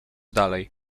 dalej